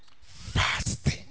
Fasting